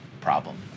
problem